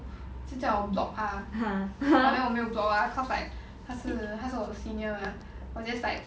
就叫我 block 他 but then 我没有 block lah cause like 他是他是我的 senior mah 我 just like